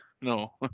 No